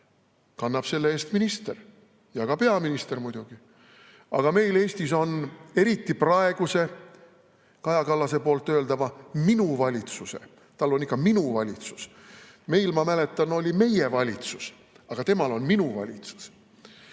kannab selle eest minister ja ka peaminister muidugi. Aga meil Eestis on, eriti praeguse, Kaja Kallase öelduna "minu valitsuse" ajal – tal on ikka minu valitsus, meil, ma mäletan, oli meie valitsus, aga temal on "minu valitsus"